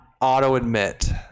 auto-admit